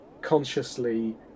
consciously